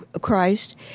Christ